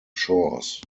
shores